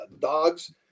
dogs